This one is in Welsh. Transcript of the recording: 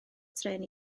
trên